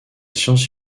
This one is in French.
science